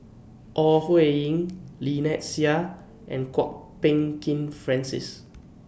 Ore Huiying Lynnette Seah and Kwok Peng Kin Francis